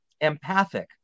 empathic